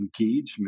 engagement